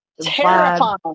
Terrifying